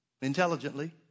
intelligently